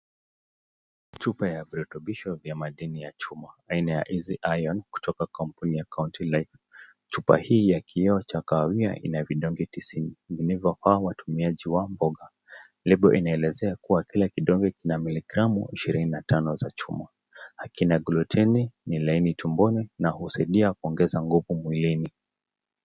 Chupa ya virutubisho vya madini ya chuma aina ya Easy Iron kutoka kampuni ya Country Life. Chupa hii ya kioo cha kahawia inavidonge tisini vilivyopangwa utumiaji wa mboga. Lebo inaelezea kua, kila donge kina miligramu ishirini na tano za chuma. Akina gluten ni laini tumboni na husaidia kuongeza nguvu mwilini.